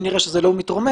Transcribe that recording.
אם נראה שזה לא מתרומם,